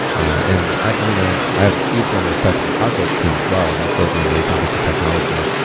and i mean, i i have a huge amount of respect for the cockroach team as well, and they've built an amazing piece of technology.